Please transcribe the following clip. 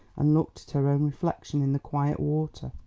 and looked at her own reflection in the quiet water.